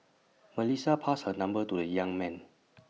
Melissa passed her number to the young man